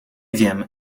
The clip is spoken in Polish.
wiem